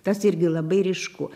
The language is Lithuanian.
tas irgi labai ryšku